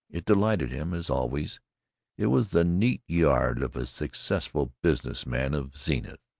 it delighted him, as always it was the neat yard of a successful business man of zenith,